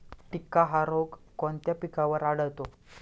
टिक्का हा रोग कोणत्या पिकावर आढळतो?